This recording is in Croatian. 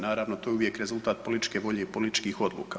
Naravno to je uvijek rezultat političke volje i političkih odluka.